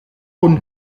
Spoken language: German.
und